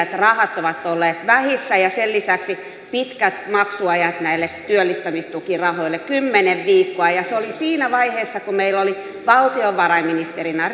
että rahat ovat olleet vähissä ja sen lisäksi on pitkät maksuajat näille työllistämistukirahoille kymmenen viikkoa ja ja se oli siinä vaiheessa kun meillä oli valtiovarainministerinä